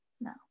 No